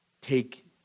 Take